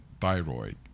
thyroid